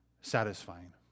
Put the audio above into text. satisfying